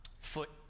foot